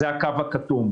זה הקו הכתום.